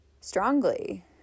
strongly